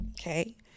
Okay